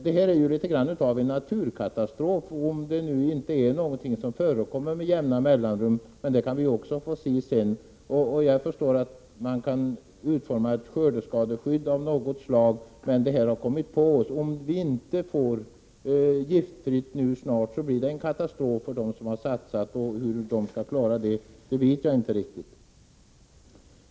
Det här är något av en naturkatastrof — om det nu inte är någonting som förekommer med jämna mellanrum; det kan vi också få se senare. Jag förstår att man kan utforma ett skördeskadeskydd av något slag, men det här problemet har kommit på oss plötsligt. Om vi inte får musslorna giftfria snart så blir det en katastrof för dem som har satsat på odlingen. Hur de skall klara sig vet jag inte riktigt.